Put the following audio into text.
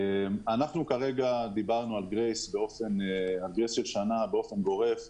אנחנו כרגע דיברנו על גרייס של שנה באופן גורף,